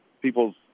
people's